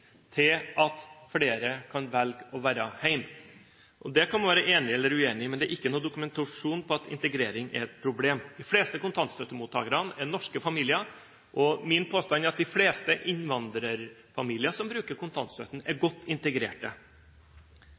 til at flere kan velge å være hjemme. Det kan man være enig eller uenig i, men det er ikke noen dokumentasjon på at integrering er et problem. De fleste kontantstøttemottakerne er norske familier, og min påstand er at de fleste innvandrerfamilier som bruker kontantstøtten, er godt